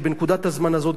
בנקודת הזמן הזאת,